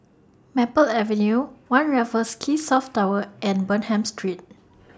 Maple Avenue one Raffles Quay South Tower and Bonham Street